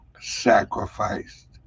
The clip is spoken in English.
sacrificed